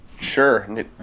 Sure